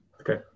Okay